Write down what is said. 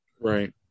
Right